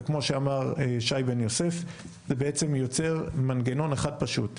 וכמו שאמר שי בן יוסף זה בעצם יוצר מנגנון אחד פשוט,